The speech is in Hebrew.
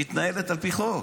מתנהלת על פי חוק.